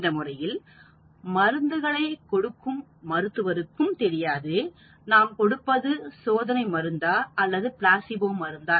இந்த முறையில் மருந்துகளை கொடுக்கும் மருத்துவருக்கும் தெரியாது நாம் கொடுப்பது சோதனை மருந்து அல்லது பிளாசிபோ மருந்தா